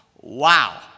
Wow